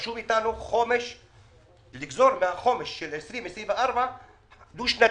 דרשו מאיתנו לגזור מהחומש של 2024 דו שנתי: